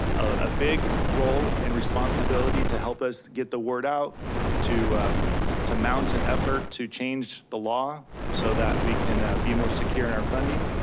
a big role and responsibility to help us get the word out to to mount an and effort to change the law so that we can be more secure in our funding